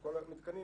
בכל המתקנים